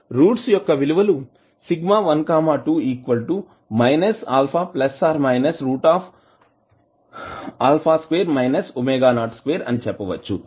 roots యొక్క విలువలు అని చెప్పవచ్చు